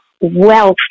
wealth